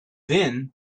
then